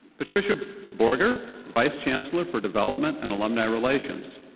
patricia borger, vice chancellor for development and alumni relations.